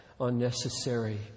unnecessary